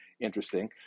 interesting